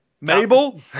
Mabel